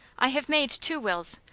i have made two wills.